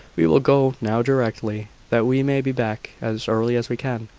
we will go now directly, that we may be back as early as we can.